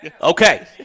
Okay